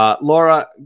Laura